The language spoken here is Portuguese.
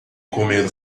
comer